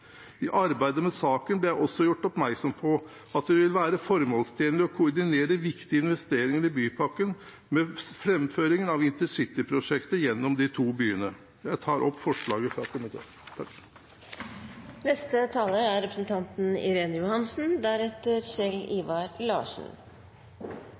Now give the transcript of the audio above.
I arbeidet med saken ble jeg også gjort oppmerksom på at det vil være formålstjenlig å koordinere viktige investeringer i bypakken med framføringen av intercityprosjektet gjennom de to byene. Jeg